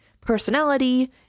personality